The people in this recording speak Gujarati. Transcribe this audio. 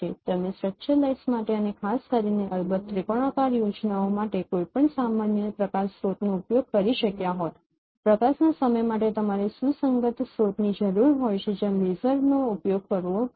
તમે સ્ટ્રક્ચર્ડ લાઇટ માટે અને ખાસ કરીને અલબત્ત ત્રિકોણાકાર યોજનાઓ માટે કોઈપણ સામાન્ય પ્રકાશ સ્રોતનો ઉપયોગ કરી શક્યા હોત પ્રકાશના સમય માટે તમારે સુસંગત સ્ત્રોતની જરૂર હોય છે જ્યાં લેસરોનો ઉપયોગ કરવો પડે